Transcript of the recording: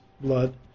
blood